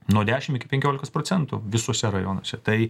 nuo dešim iki penkiolikos procentų visuose rajonuose tai